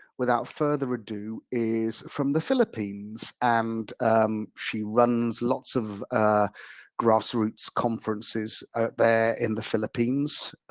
without further ado is from the philippines and she runs lots of grassroots conferences there in the philippines.